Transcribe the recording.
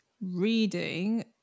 reading